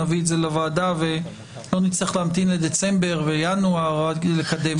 נביא את זה לוועדה ולא נצטרך להמתין לדצמבר וינואר לקדם את זה.